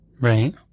Right